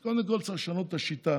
אז קודם כול צריך לשנות את השיטה,